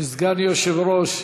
מסגן יושב-ראש הכנסת,